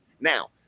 Now